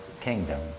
kingdom